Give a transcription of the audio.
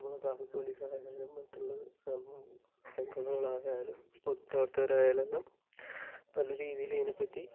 അപ്പോൾ ട്രാഫിക്ക് പോലീസായാലും മറ്റുള്ള സംഘടനകളായാലും പൊതുപ്രവര്ത്തകരായാലും എല്ലാം നല്ല രീതിയിൽ ഇതിനെ പറ്റി